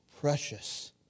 precious